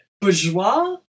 Bourgeois